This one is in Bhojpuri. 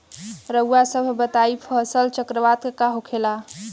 रउआ सभ बताई फसल चक्रवात का होखेला?